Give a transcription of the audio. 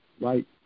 right